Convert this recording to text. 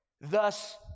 Thus